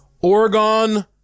Oregon